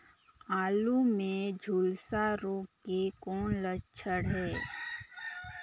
आलू मे झुलसा रोग के कौन लक्षण हे?